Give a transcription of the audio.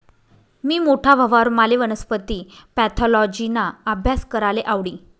मी मोठा व्हवावर माले वनस्पती पॅथॉलॉजिना आभ्यास कराले आवडी